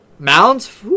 Mounds